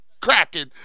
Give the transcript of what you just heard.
cracking